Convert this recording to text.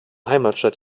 heimatstadt